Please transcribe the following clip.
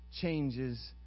changes